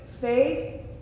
faith